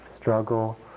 struggle